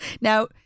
Now